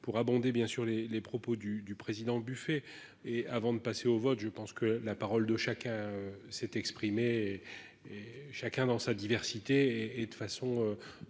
pour abonder bien sûr les les propos du du président buffet et avant de passer au vote. Je pense que la parole de chacun s'est exprimé. Et chacun dans sa diversité et de façon